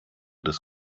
des